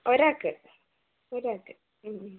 ഒരാൾക്ക് ഒരാൾക്ക് ഹ്മ്